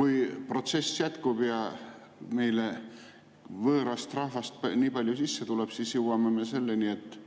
Kui protsess jätkub ja meile võõrast rahvast nii palju sisse tuleb, siis jõuame selleni, et